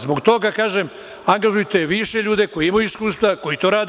Zbog toga kažem, angažujte više ljudi koji imaju iskustva, koji to rade.